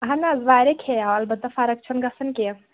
اہن حظ واریاہ کھیٚیو البتہ فرکھ چھ نہٕ گَژھان کینٛہہ